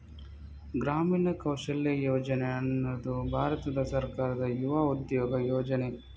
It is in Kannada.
ಗ್ರಾಮೀಣ ಕೌಶಲ್ಯ ಯೋಜನೆ ಅನ್ನುದು ಭಾರತ ಸರ್ಕಾರದ ಯುವ ಉದ್ಯೋಗ ಯೋಜನೆ